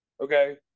Okay